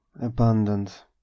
Abundant